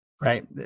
right